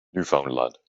newfoundland